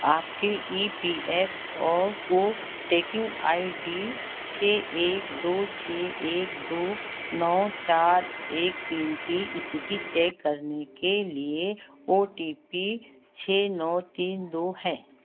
आपके E P F O tracking I D छः एक दो छः एक दो नौ चार एक तीन की स्थिति चेक करने के लिए ओ टी पी छः नौ तीन दो है